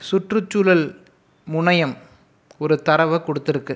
சுற்றுச்சூழல் முனையம் ஒரு தரவை கொடுத்துருக்கு